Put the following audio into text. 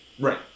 Right